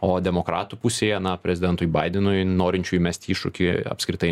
o demokratų pusėje na prezidentui baidenui norinčiųjų mest iššūkį apskritai